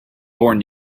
born